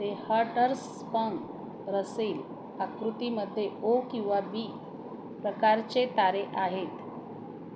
ते Hertzsprung Russell आकृतीमध्ये O किंवा बी प्रकारचे तारे आहेत